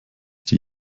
die